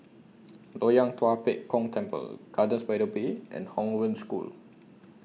Loyang Tua Pek Kong Temple Gardens By The Bay and Hong Wen School